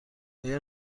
آیا